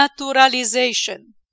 naturalization